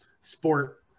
sport